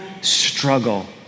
struggle